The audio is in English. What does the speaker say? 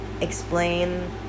explain